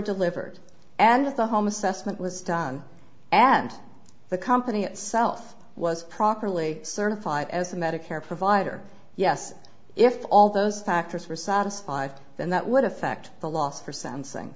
delivered and the home assessment was done and the company itself was properly certified as a medicare provider yes if all those factors were satisfied then that would affect the loss for sensing